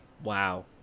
wow